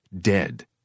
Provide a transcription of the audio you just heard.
dead